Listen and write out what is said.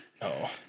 no